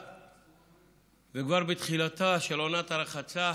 וכבר בתחילתה של עונת הרחצה